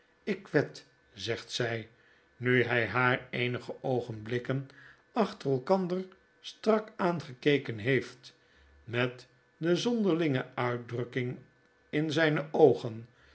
ik wed zegt zy nu hy haar eenige oogen blikken achter elkander strak aangekeken heeft met de zonderlinge uitdrukking in zyne oogen